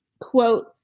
quote